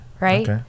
Right